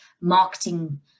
marketing